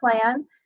plan